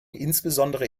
insbesondere